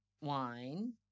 wine